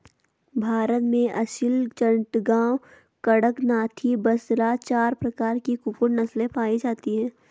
भारत में असील, चटगांव, कड़कनाथी, बसरा चार प्रकार की कुक्कुट नस्लें पाई जाती हैं